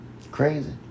crazy